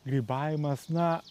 grybavimas na